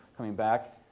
coming back,